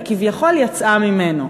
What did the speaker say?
וכביכול יצאה ממנו.